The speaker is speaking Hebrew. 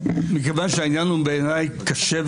שמחה,